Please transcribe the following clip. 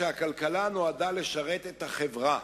שהכלכלה נועדה לשרת את החברה,